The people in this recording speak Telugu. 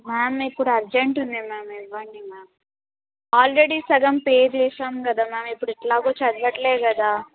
మ్యామ్ ఇప్పుడు అర్జెంట్ ఉంది మ్యామ్ ఇవ్వండి మ్యామ్ ఆల్రెడీ సగం పే చేశాం కదా మ్యామ్ ఇప్పుడు ఎట్లాగు చదవట్లే కదా